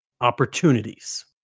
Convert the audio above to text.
opportunities